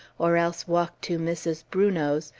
or else walk to mrs. brunot's,